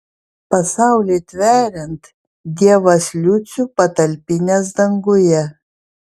pasaulį tveriant dievas liucių patalpinęs danguje